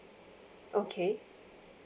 okay